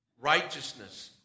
Righteousness